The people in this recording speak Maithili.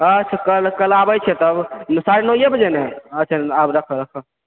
अच्छा कल कल आबै छियै तब साढ़े नओ बजे ने अच्छा आब रखै रखै